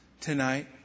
tonight